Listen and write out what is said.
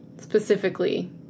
Specifically